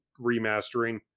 remastering